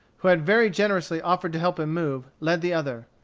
who had very generously offered to help him move, led the other.